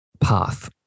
path